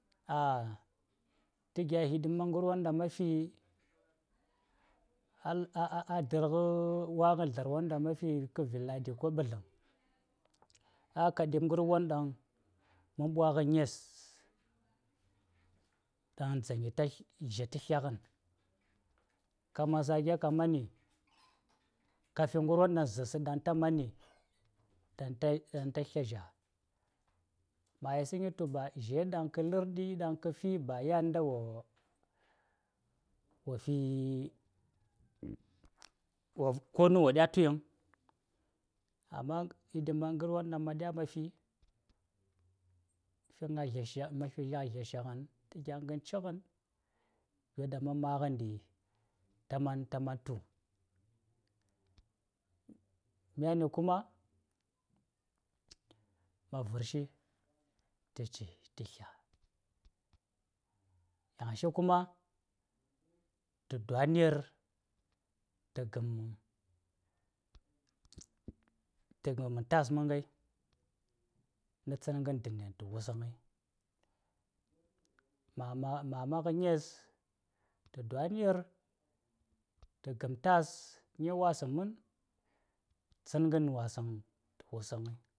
Ta gya hidima ngarwon ɗaŋ ma̱ fi, a-a-a-a dal ghwa ghan zlar won ɗaŋ ma ka vi nladi ko ka ɓazlaŋ, ai ka ɗip ngarwon ɗaŋ man ɓwa nghan ŋes zha ka sla ghan, ka man sake ka fi ngarwon ɗaŋ zarsa ɗaŋ ta mani, ɗaŋ ta-ɗaŋ ta sla: zha. Ma yi saŋay tu ba, zhai ɗaŋ ka lar ɗi, ɗaŋ ka fi, ba yan nda wo, wo fi wo, konu wo ɗya tui vaŋ, amma hidima ngarwon ɗaŋ ma̱ ɗya ma̱ fi, ka ŋa zha slạ ghan, ma fi gya zha sla ghan, ta gya ngan cị ghani, gyoɗaŋ man ma ghanɗi, ta man, ta man tu. Myani kuma, ma̱ varshi ta ci ta sla: Yaŋshi kuma, ta dwan yir, ta gam, ta gammam tas man nghai, na tsangan danan ta wusaŋay. Mama-mama gh nyes, ta dwan yir, ta gam tas ŋi wasaŋ man, tsangan wasaŋ ta wusaŋay.